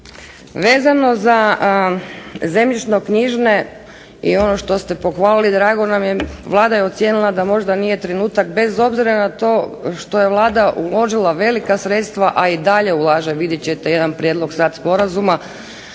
Vezano za zemljišnoknjižne i ono što ste pohvalili, drago nam je, Vlada je ocijenila da možda nije trenutak bez obzira na to što je Vlada uložila velika sredstva, a i dalje ulaže, vidjet ćete jedan prijedlog sad sporazuma,